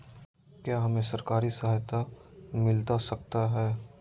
क्या हमे सरकारी सहायता मिलता सकता है?